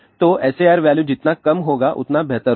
तो SAR value जितना कम होगा उतना बेहतर होगा